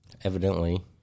evidently